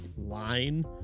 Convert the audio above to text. line